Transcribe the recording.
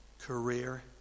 career